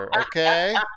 Okay